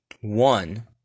one